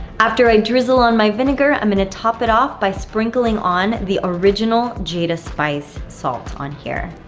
after i drizzle on my vinegar, i'm going to top it off by sprinkling on the original jada spice salt on here.